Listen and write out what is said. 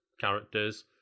characters